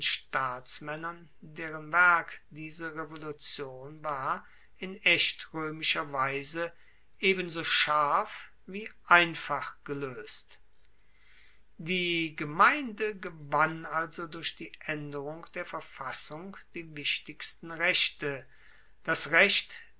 staatsmaennern deren werk diese revolution war in echt roemischer weise ebenso scharf wie einfach geloest die gemeinde gewann also durch die aenderung der verfassung die wichtigsten rechte das recht